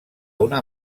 una